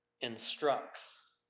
instructs